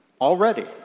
already